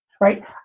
right